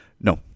no